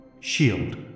shield